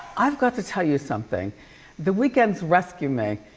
i've got to tell you something the weekends rescue me.